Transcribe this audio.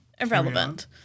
irrelevant